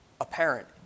apparent